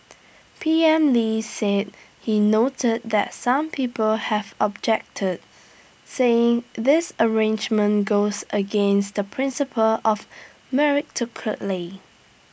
P M lee said he noted that some people have objected saying this arrangement goes against the principle of